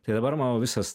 tai dabar mano visas